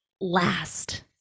last